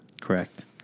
Correct